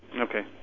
Okay